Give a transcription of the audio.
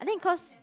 I think cause